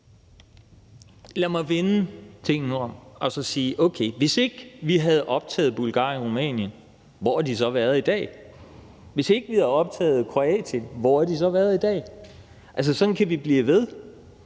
Lad mig vende tingene om og spørge: Okay, hvis ikke vi havde optaget Bulgarien og Rumænien, hvor havde de så været i dag? Hvis ikke vi havde optaget Kroatien, hvor havde de så været i dag? Altså, sådan kan vi blive ved.